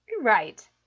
Right